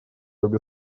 обе